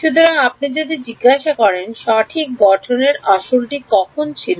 সুতরাং আপনি যদি জিজ্ঞাসা করেন সঠিক গঠনের আসলটি কখন ছিল